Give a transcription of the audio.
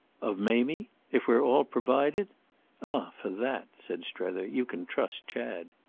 of mamie if we're all provided? ah for that, said strether, you can trust chad.